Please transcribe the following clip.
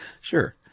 Sure